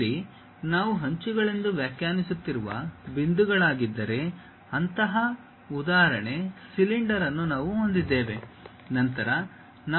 ಇಲ್ಲಿ ನಾವು ಅಂಚುಗಳೆಂದು ವ್ಯಾಖ್ಯಾನಿಸುತ್ತಿರುವ ಬಿಂದುಗಳಾಗಿದ್ದರೆ ಅಂತಹ ಉದಾಹರಣೆ ಸಿಲಿಂಡರ್ ಅನ್ನು ನಾವು ಹೊಂದಿದ್ದೇವೆ ನಂತರ ನಾವು ಚಾಪಗಳಿಂದಲೂ ನಿರ್ಮಿಸಬಹುದು